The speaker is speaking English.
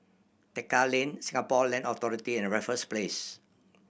Tekka Lane Singapore Land Authority and Raffles Place